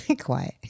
Quiet